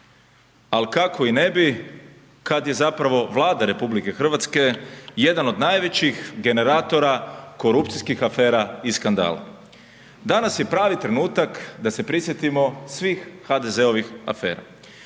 Al kako i ne bi kad je zapravo Vlada RH jedan od najvećih generatora korupcijskih afera i skandala. Danas je pravi trenutak da se prisjetimo svih HDZ-ovim afera.